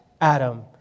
Adam